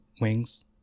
wings